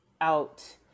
out